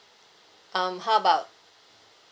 um how about